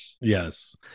Yes